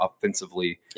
offensively